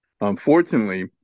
Unfortunately